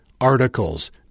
articles